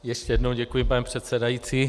Ještě jednou děkuji, pane předsedající.